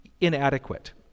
inadequate